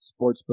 sportsbook